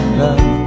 love